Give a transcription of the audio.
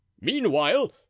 meanwhile